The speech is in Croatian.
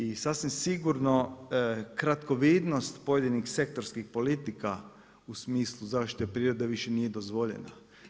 I sasvim sigurno kratkovidnost pojedinih sektorskih politika u smislu zaštite prirode više nije dozvoljena.